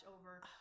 over